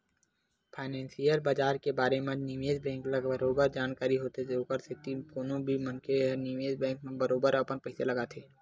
financial बजार के बारे म निवेस बेंक ल बरोबर जानकारी होथे ओखर सेती कोनो भी मनखे ह निवेस बेंक म बरोबर अपन पइसा लगाथे